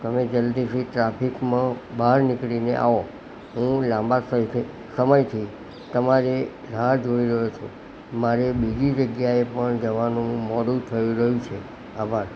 તમે જલદીથી ટ્રાફિકમાં બહાર નીકળીને આવો હું લાંબા સંસ સમયથી તમારી રાહ જોઈ રહ્યો છું મારે બીજી જગ્યાએ પણ જવાનું મોડું થઈ રહ્યું છે આભાર